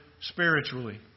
Spiritually